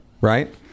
right